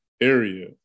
area